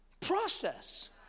process